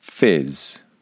fizz